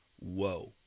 Whoa